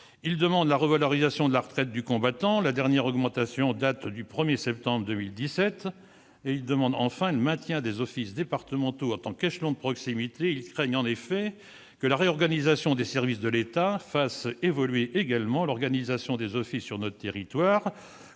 Ils demandent la revalorisation de la retraite du combattant- la dernière augmentation date du 1 septembre 2017. Ils demandent enfin le maintien des offices départementaux en tant qu'échelon de proximité. Ils craignent en effet que la réorganisation des services de l'État ne fasse évoluer également l'organisation des offices sur notre territoire.